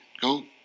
Go